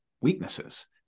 weaknesses